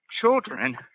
Children